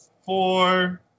four